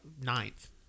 ninth